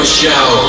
show